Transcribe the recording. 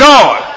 God